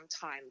time